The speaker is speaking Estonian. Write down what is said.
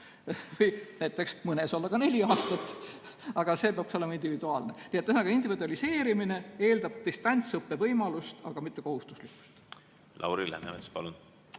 mõnes võiks olla ka neli aastat, aga see peaks olema individuaalne. Ühesõnaga, individualiseerimine eeldab distantsõppe võimalust, aga mitte kohustust. Lauri Läänemets, palun!